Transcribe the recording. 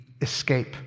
escape